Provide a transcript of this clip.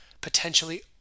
potentially